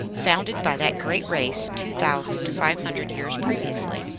founded by that great race two thousand five hundred years previously.